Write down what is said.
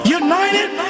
united